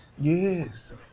Yes